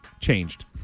Changed